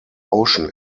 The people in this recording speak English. ocean